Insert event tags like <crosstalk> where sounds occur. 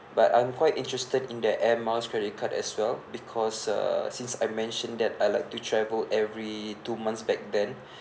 but I'm quite interested in that air miles credit card as well because uh since I mentioned that I like to travel every two months back then <breath>